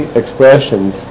expressions